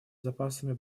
запасами